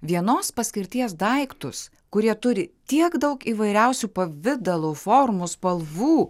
vienos paskirties daiktus kurie turi tiek daug įvairiausių pavidalų formų spalvų